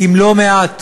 עם לא-מעט